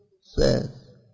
says